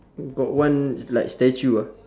got one like statue ah